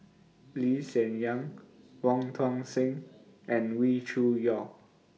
Lee Hsien Yang Wong Tuang Seng and Wee Cho Yaw